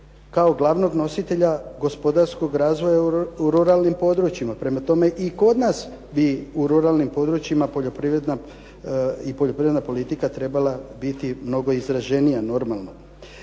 kao glavnog nositelja gospodarskog razvoja u ruralnim područjima. Prema tome, i kod nas bi u ruralnim područjima poljoprivredna, i poljoprivredna politika trebala biti mnogo izraženija normalno.